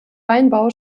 weinbau